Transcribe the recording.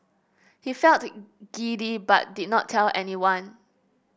he felt giddy but did not tell anyone